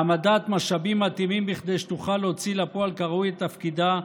העמדת משאבים מתאימים כדי שתוכל להוציא לפועל כראוי את תפקידה,